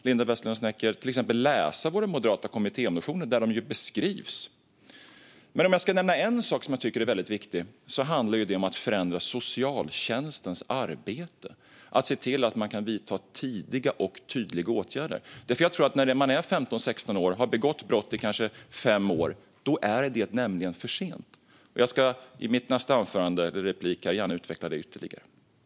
Linda Westerlund Snecker kan också läsa våra moderata kommittémotioner, där dessa förslag beskrivs. En sak som jag tycker är väldigt viktig är att förändra socialtjänstens arbete och att se till att man kan vidta tidiga och tydliga åtgärder. Jag tror nämligen att det är för sent när en person är 15-16 år och redan har begått brott i kanske fem år. Jag utvecklar gärna detta ytterligare i min nästa replik.